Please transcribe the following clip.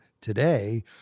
today